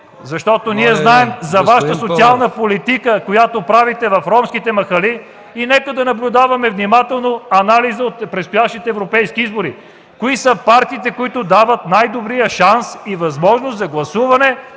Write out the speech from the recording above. защото ние знаем за Вашата социална политика, която правите в ромските махали. Нека да наблюдаваме внимателно анализа от предстоящите европейски избори – кои са партиите, които дават най-добрия шанс и възможност за гласуване